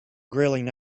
grilling